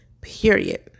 period